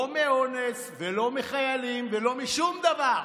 לא אונס, לא חיילים ולא שום דבר,